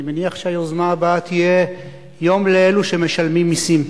אני מניח שהיוזמה הבאה תהיה יום לאלו שמשלמים מסים.